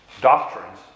doctrines